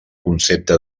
concepte